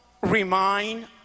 remind